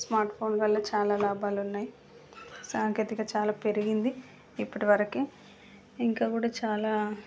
smart phone వల్ల చాలా లాభాలున్నాయి సాంకేతిక చాలా పెరిగింది ఇప్పటివరకి ఇంకా కూడా చాలా